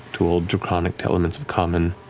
to old draconic, to elements of common.